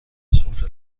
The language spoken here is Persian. سفره